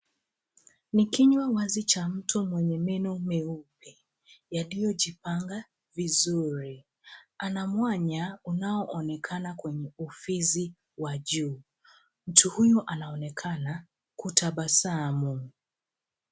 Ni kinywa wazi cha mtu mwenye meno meupe yaliyojipanga vizuri. Ana mwanya unaonekana kwenye ufizi wa juu. Mtu huyu anaonekana kutabasamu.